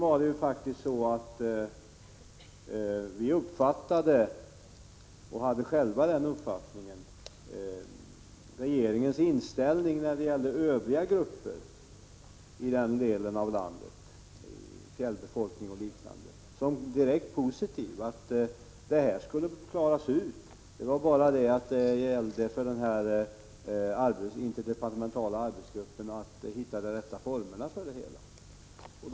Vidare uppfattade vi regeringens inställning — och vi hade själva samma inställning — till fjällbefolkningen och övriga grupper i denna del av landet som direkt positiv. Det här problemet skulle klaras ut, och det gällde bara för den interdepartementala arbetsgruppen att hitta de rätta formerna för detta.